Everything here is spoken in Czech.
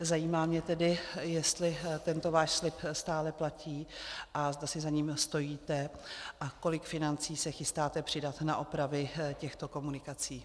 Zajímá mě tedy, jestli tento váš slib stále platí a zda si ním stojíte a kolik financí se chystáte přidat na opravy těchto komunikací.